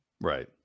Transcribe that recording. Right